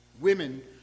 women